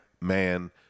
man